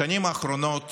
בשנים האחרונות